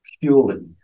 purely